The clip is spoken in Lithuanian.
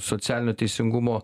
socialinio teisingumo